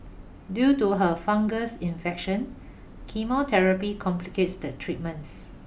due to her fungus infection chemotherapy complicates the treatments